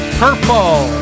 purple